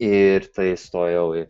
ir tai stojau į